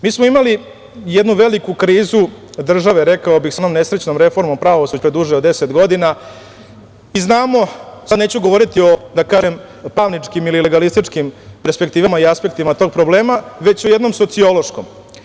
Mi smo imali jednu veliku krizu države, rekao bih, sa onom nesrećnom reformom pravosuđa pre duže od deset godina, i znamo, sad neću govoriti o, da kažem, pravničkim ili legalističkim perspektivama i aspektima tog problema, već o jednom sociološkom.